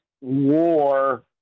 war